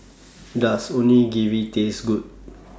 Does Onigiri Taste Good